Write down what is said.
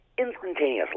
instantaneously